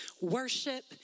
worship